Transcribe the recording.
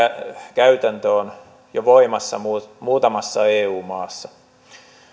käytäntö on jo voimassa muutamassa eu maassa